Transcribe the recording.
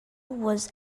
was